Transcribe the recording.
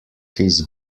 his